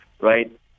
right